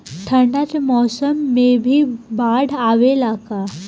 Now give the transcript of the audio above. ठंडा के मौसम में भी बाढ़ आवेला का?